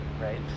right